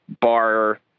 bar